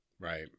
Right